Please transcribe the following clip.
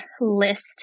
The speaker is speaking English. list